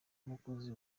umukozi